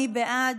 מי בעד?